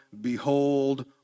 behold